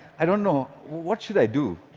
i don't know, what should i do?